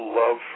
love